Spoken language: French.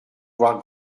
voir